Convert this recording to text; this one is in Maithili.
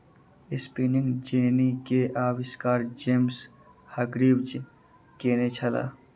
स्पिनिंग जेन्नी के आविष्कार जेम्स हर्ग्रीव्ज़ केने छला